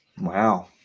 Wow